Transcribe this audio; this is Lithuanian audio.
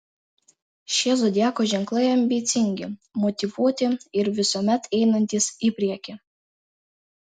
šie zodiako ženklai ambicingi motyvuoti ir visuomet einantys į priekį